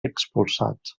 expulsats